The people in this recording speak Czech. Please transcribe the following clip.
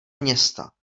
města